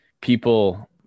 people